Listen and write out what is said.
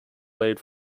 laid